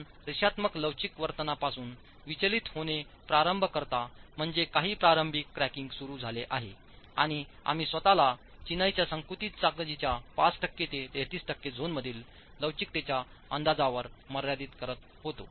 आपण रेषात्मक लवचिक वर्तनापासून विचलित होणे प्रारंभ करता म्हणजे काही प्रारंभिक क्रॅकिंग सुरू झाले आहे आणि आम्ही स्वतला चिनाईच्या संकुचित ताकदीच्या पाच टक्के ते 33 टक्के झोनमधील लवचिकतेच्या अंदाजावर मर्यादित करत होतो